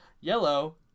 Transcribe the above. Yellow